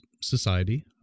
society